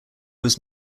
was